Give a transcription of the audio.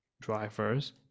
drivers